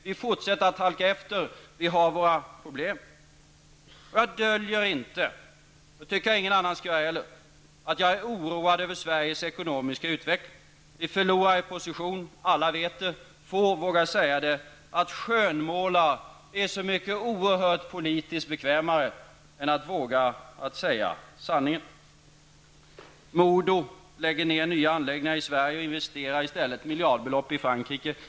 Vi fortsätter att halka efter. Vi har våra problem. Jag döljer inte -- och det tycker jag inte heller att någon annan skall göra -- att jag är oroad över Sveriges ekonomiska utveckling. Vi förlorar i position. Alla vet det. Men få vågar säga det. Att skönmåla är att så oerhört mycket politiskt bekvämare än att våga säga sanningen. MoDo lägger ned nya anläggningar i Sverige och investerar i stället miljardbelopp i Frankrike.